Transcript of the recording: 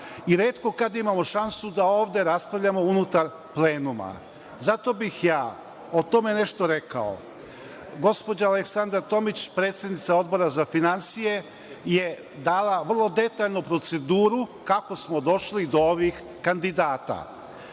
i retko kada imamo šansu da ovde raspravljamo unutar plenuma. Zato bih ja o tome nešto rekao. Gospođa Aleksandra Tomić, predsednica Odbora za finansije je dala vrlo detaljnu proceduru kako smo došli do ovih kandidata